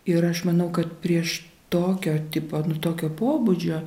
ir aš manau kad prieš tokio tipo tokio pobūdžio